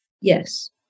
Yes